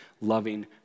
loving